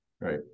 Right